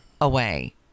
away